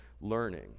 learning